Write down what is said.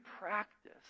practice